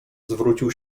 zwrócił